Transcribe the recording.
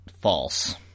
false